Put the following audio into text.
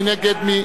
מי נגד?